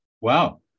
Wow